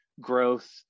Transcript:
growth